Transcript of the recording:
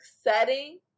setting